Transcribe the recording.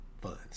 funds